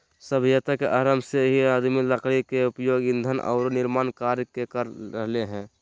सभ्यता के आरंभ से ही आदमी लकड़ी के उपयोग ईंधन आरो निर्माण कार्य में कर रहले हें